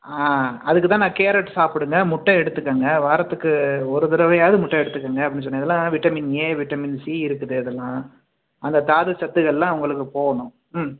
ஆ அதுக்குதான் நான் கேரட் சாப்பிடுங்க முட்டை எடுத்துக்கோங்க வாரத்துக்கு ஒரு தடவையாவது முட்டை எடுத்துக்கோங்க அப்படின்னு சொன்னேன் இதெல்லாம் விட்டமின் ஏ விட்டமின் சி இருக்குது இதெல்லாம் அந்த தாதுச்சத்துக்கள்லாம் உங்களுக்கு போகணும்